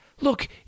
look